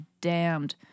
damned